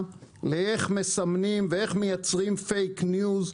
לאיך מסמנים ואיך מייצרים 'פייק ניוז',